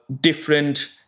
different